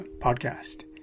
podcast